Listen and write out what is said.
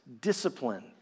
discipline